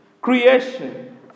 creation